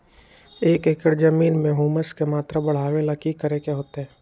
एक एकड़ जमीन में ह्यूमस के मात्रा बढ़ावे ला की करे के होतई?